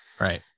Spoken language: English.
Right